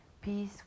peace